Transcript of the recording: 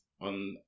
on